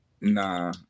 Nah